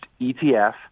ETF